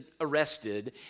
arrested